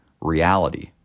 reality